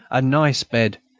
a nice bed.